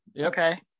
okay